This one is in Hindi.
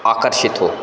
आकर्षित हो